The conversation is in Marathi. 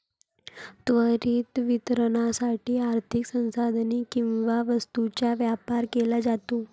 त्वरित वितरणासाठी आर्थिक संसाधने किंवा वस्तूंचा व्यापार केला जातो